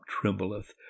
trembleth